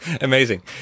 Amazing